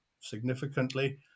significantly